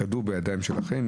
הכדור בידיים שלכם.